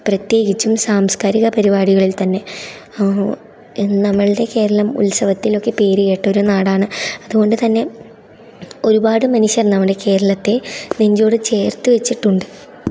പ്രത്യേകിച്ചും സാംസകാരിക പരിപാടികളിൽ തന്നെ ഓ നമ്മളുടെ കേരളം ഉത്സവത്തിലൊക്കെ പേരു കേട്ട ഒരു നാടാണ് അതുകൊണ്ടു തന്നെ ഒരുപാടു മനുഷ്യർ നമ്മുടെ കേരളത്തെ നെഞ്ചോട് ചേർത്തു വെച്ചിട്ടുണ്ട്